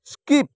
skip